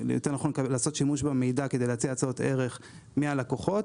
לעשות שימוש במידע כדי להציע הצעות ערך מהלקוחות